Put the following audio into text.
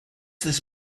this